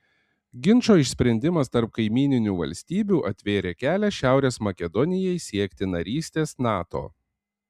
ginčo išsprendimas tarp kaimyninių valstybių atvėrė kelią šiaurės makedonijai siekti narystės nato